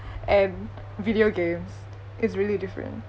and video games is really different